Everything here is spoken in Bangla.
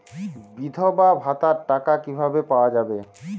বিধবা ভাতার টাকা কিভাবে পাওয়া যাবে?